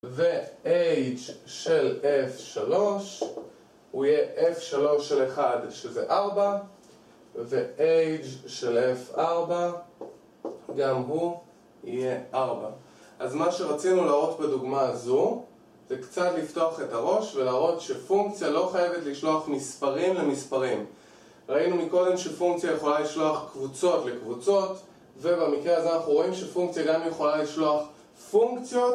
ו h של f3 הוא יהיה f3 של 1 שזה 4 ו h של f4 גם הוא יהיה 4 אז מה שרצינו להראות בדוגמא הזו זה קצת לפתוח את הראש ולהראות שפונקציה לא חייבת לשלוח מספרים למספרים ראינו מקודם שפונקציה יכולה לשלוח קבוצות לקבוצות ובמקרה הזה אנחנו רואים שפונקציה גם יכולה לשלוח פונקציות